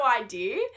idea